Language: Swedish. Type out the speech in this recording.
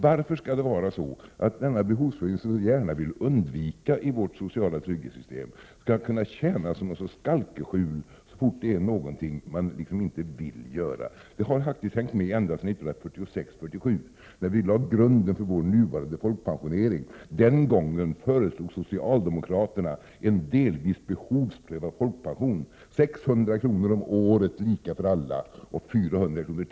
Varför måste det vara så att denna behovsprövning, som vi så gärna vill undvika i vårt sociala trygghetssystem, skall kunna tjäna som en sorts skalkeskjul så fort det är någonting socialdemokraterna inte vill göra? Det har hängt med ända sedan 1946-1947, när grunden lades för den nuvarande folkpensioneringen. Den gången föreslog socialdemokraterna en delvis behovsprövad folkpension, med 600 kr. om året för alla och 400 kr.